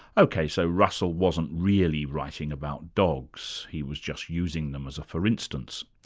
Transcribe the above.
ok, so russell wasn't really writing about dogs he was just using them as a for instance.